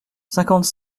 cinquante